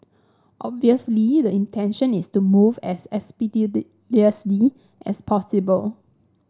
obviously the intention is to move as expeditiously as possible